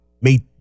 meet